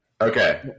Okay